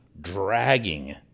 dragging